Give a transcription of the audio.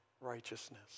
righteousness